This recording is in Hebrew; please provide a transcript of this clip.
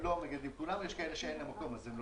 הלוואי שכולם ינהיגו את זה.